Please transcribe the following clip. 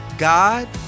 God